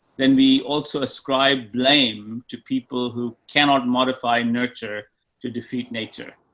then we also ascribe blame to people who cannot modify, nurture to defeat nature.